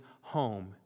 home